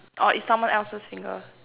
orh is someone else's finger